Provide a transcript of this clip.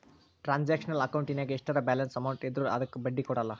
transactional ಅಕೌಂಟಿನ್ಯಾಗ ಎಷ್ಟರ balance amount ಇದ್ರೂ ಅದಕ್ಕ ಬಡ್ಡಿ ಕೊಡಲ್ಲ